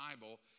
Bible